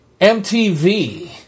MTV